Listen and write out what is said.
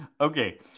Okay